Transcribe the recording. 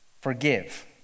forgive